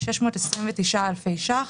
629,000 שקלים.